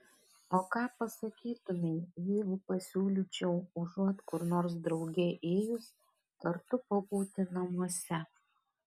o ką pasakytumei jeigu pasiūlyčiau užuot kur nors drauge ėjus kartu pabūti namuose